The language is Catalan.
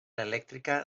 elèctrica